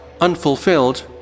unfulfilled